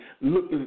look